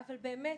אבל באמת,